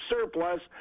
surplus